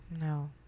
No